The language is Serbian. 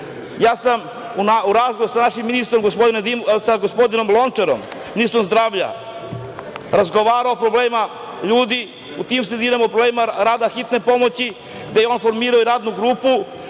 čoveka. U razgovoru sa našim ministrom gospodinom Lončarom, ministrom zdravlja, razgovarao sam o problemima ljudi u tim sredinama, o problemima rada hitne pomoći, gde je on formirao i radnu grupu